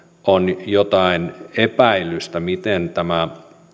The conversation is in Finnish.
on jotain epäilystä että tämä